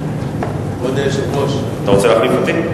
כבוד היושב-ראש, אתה רוצה להחליף אותי?